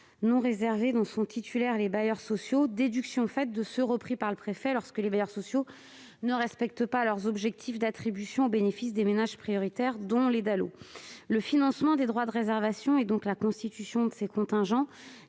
non réservés dont sont titulaires les bailleurs sociaux, déduction faite de ceux qui sont repris par le préfet, lorsque les bailleurs sociaux ne respectent pas leurs objectifs d'attribution au bénéfice des ménages prioritaires, dont les DALO. Le financement des droits de réservation, et donc la constitution de ces contingents,